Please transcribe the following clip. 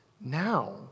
now